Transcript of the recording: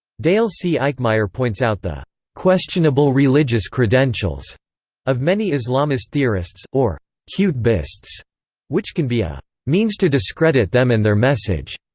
dale c. eikmeier points out the questionable religious credentials of many islamist theorists, or qutbists, which can be a means to discredit them and their message